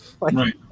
Right